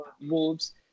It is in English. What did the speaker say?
Wolves